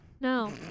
No